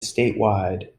statewide